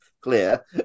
clear